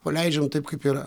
paleidžiam taip kaip yra